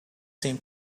seem